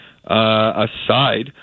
aside